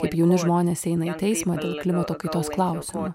kaip jauni žmonės eina į teismą dėl klimato kaitos klausimų